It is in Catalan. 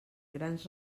grans